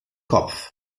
kopf